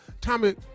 Tommy